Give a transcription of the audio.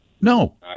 no